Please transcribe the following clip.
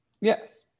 Yes